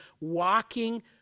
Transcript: walking